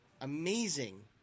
Amazing